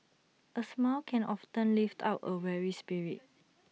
A smile can often lift up A weary spirit